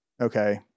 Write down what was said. okay